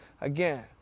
Again